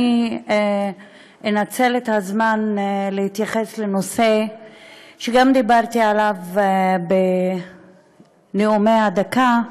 אני אנצל את הזמן להתייחס לנושא שגם דיברתי עליו בנאומי הדקה,